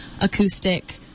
acoustic